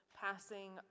passing